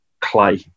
clay